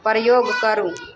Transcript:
प्रयोग करू